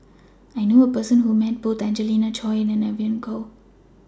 I knew A Person Who has Met Both Angelina Choy and Evon Kow